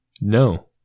no